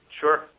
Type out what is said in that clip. Sure